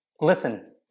listen